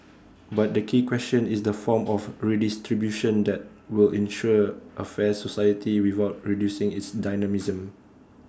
but the key question is the form of redistribution that will ensure A fair society without reducing its dynamism